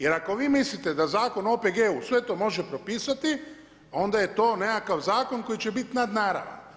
Jer ako vi mislite da Zakon o OPG-u sve to može propisati onda je to nekakav zakon koji će biti nadnaravan.